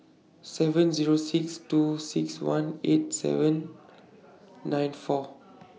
seven Zero six two six one eight seven nine four